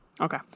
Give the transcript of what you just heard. Okay